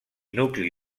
nucli